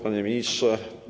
Panie Ministrze!